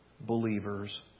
Believers